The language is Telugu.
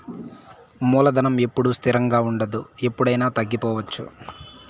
మూలధనం ఎప్పుడూ స్థిరంగా ఉండదు ఎప్పుడయినా తగ్గిపోవచ్చు